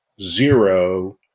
zero